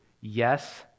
Yes